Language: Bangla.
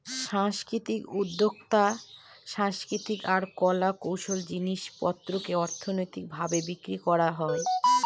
সাংস্কৃতিক উদ্যক্তাতে সাংস্কৃতিক আর কলা কৌশলের জিনিস পত্রকে অর্থনৈতিক ভাবে বিক্রি করা হয়